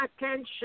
attention